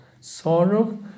sorrow